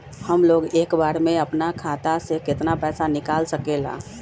हमलोग एक बार में अपना खाता से केतना पैसा निकाल सकेला?